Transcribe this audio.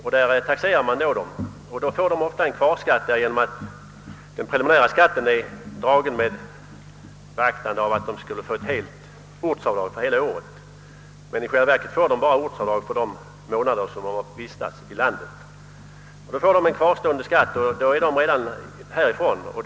Vid taxeringen får de ofta kvarskatt, eftersom den preliminära skatten enligt tabellerna beräknats på grundval av helt ortsavdrag, d.v.s. för helt år, medan de i själva verket tillgodoräknas ortsavdrag endast för de månader de vistats i landet. Härigenom får de en kvarskatt som blir restförd eftersom de redan lämnat vårt land.